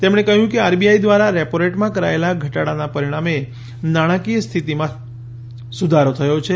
તેમણે કહ્યું કે આરબીઆઈ દ્વારા રેપોરેટમાં કરાયેલા ઘટાડાના પરિણામ નાણાંકીય સ્થિતિમાં સુધારો થયો છે